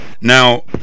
now